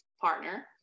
partner